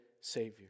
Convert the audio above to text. Savior